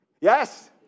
Yes